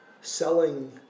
selling